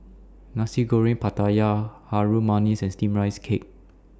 Nasi Goreng Pattaya Harum Manis and Steamed Rice Cake